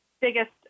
biggest